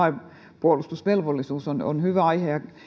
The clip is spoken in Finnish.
maanpuolustusvelvollisuus on hyvä aihe